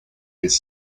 these